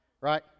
right